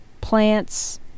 plants